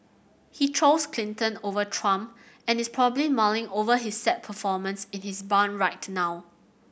he chose Clinton over Trump and is probably mulling over his sad performance in his barn right now